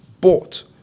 bought